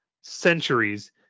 centuries